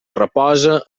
reposa